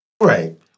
Right